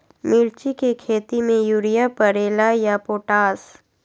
मिर्ची के खेती में यूरिया परेला या पोटाश?